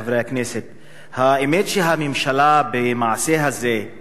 האמת שהממשלה במעשה הזה הוכיחה שהיא,